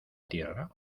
tierra